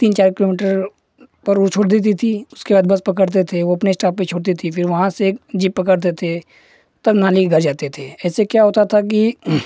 तीन चार किलोमीटर पर वह छोड़ देता था उसके बाद बस पकड़ते थे वह अपने स्टॉप पर छोड़ती थी फिर वहाँ से ज़ीप पकड़ते थे तब नानी के घर जाते थे इससे क्या होता था कि